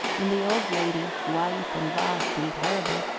and the old lady, white and vast and terrible,